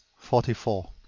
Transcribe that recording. forty four.